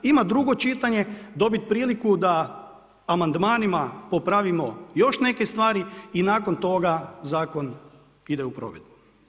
Ima drugo čitanje, dobiti priliku da amandmanima popravimo još neke stvari i nakon toga zakon ide u provedbu.